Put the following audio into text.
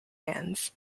hands